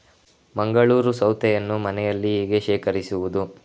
ಮಂಗಳೂರು ಸೌತೆಯನ್ನು ಮನೆಯಲ್ಲಿ ಹೇಗೆ ಶೇಖರಿಸುವುದು?